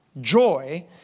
joy